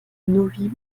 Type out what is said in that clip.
novi